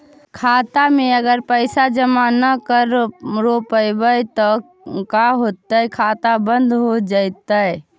खाता मे अगर पैसा जमा न कर रोपबै त का होतै खाता बन्द हो जैतै?